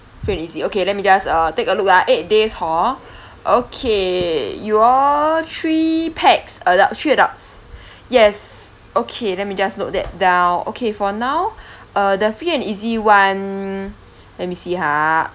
free and easy okay let me just uh take look ah eight days hor okay you all three pax adult three adults yes okay let me just note that down okay for now uh the free and easy one let me see ha